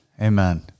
Amen